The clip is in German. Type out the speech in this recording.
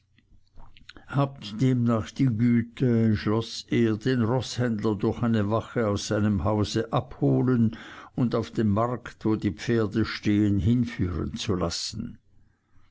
demnach die güte schloß er den roßhändler durch eine wache aus seinem hause abholen und auf den markt wo die pferde stehen hinführen zu lassen